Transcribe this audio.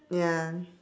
ya